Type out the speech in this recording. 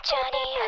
Johnny